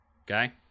Okay